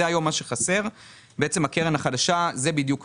זה מה שהיום חסר, והקרן החדשה זה בדיוק הפוקוס.